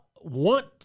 want